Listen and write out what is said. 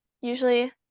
usually